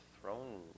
throne